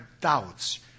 doubts